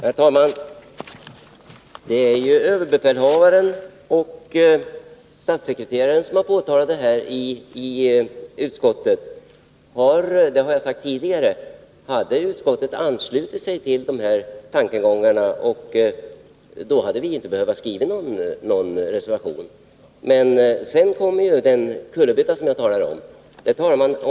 Herr talman! Det är ju överbefälhavaren och statssekreteraren som har framhållit detta inför utskottet, som jag tidigare sagt. Om utskottet hade anslutit sig till de tankegångarna hade vi inte behövt skriva någon reservation. Men sedan kommer den kullerbytta som jag talat om.